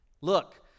Look